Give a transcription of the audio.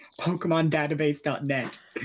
PokemonDatabase.net